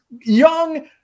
young